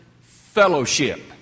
fellowship